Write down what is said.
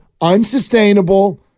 unsustainable